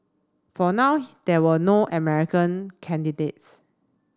for now there were no American candidates